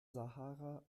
sahara